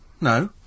No